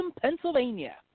Pennsylvania